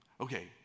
Okay